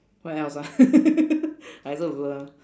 what else ah I also blur